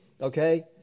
okay